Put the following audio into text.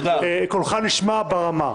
קולך נשמע ברמה.